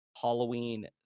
Halloween